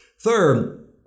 Third